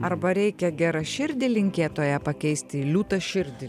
arba reikia geraširdį linkėtoją pakeisti į liūtaširdį